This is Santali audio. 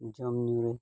ᱡᱚᱢ ᱧᱩᱨᱮ